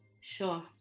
Sure